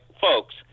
folks